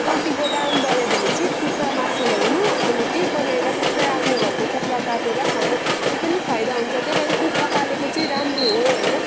पोल्ट्रीको दाम बढ्यो भने चाहिँ कुखुराको मासु ल्याउनु अनि त्यही बनाएर कुखुरा आफ्नो घरको कुखुरा काटेर खानु त्यो पनि फाइदा हुन्छ त्यही लागि कुखुरा पालेको चाहिँ राम्रो हो होइन